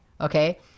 Okay